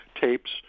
Tapes